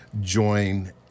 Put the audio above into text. join